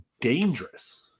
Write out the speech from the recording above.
dangerous